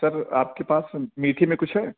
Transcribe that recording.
سر آپ کے پاس میٹھے میں کچھ ہے